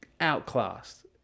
outclassed